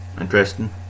interesting